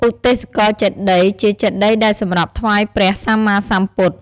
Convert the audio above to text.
ឧទ្ទេសកចេតិយ ជាចេតិយដែលសម្រាប់ថ្វាយព្រះសម្មាសម្ពុទ្ធ។